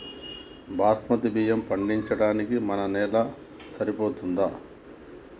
బాస్మతి బియ్యం పండించడానికి మన నేల సరిపోతదా?